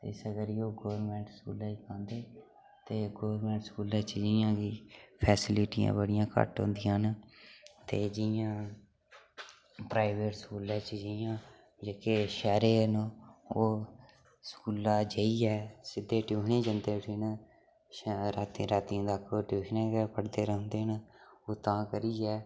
ते इस्सै करियै ओह् गौरमेंट स्कूलें च पांदे ते गौरमेंट स्कूलें च जि'यां कि फैसिलिटियां बड़ियां घट्ट होंदियां न ते जि'यां प्राइवेट स्कूलै च जि'यां जेह्के शैह्रे दे न ओह् स्कूला जाइयै सिद्धे ट्यूशनें गी जंदे उठी न रातीं रातीं तक ओह् ट्यूशनां गै पढ़दे रौहंदे न ओह् तां करियै